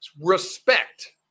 Respect